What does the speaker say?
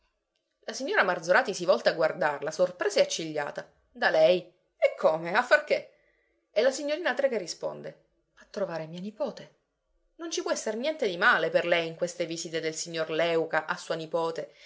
la signora marzorati si volta a guardarla sorpresa e accigliata da lei e come a far che e la signorina trecke risponde a trovare mia nipote non ci può esser niente di male per lei in queste visite del signor léuca a sua nipote